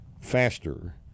faster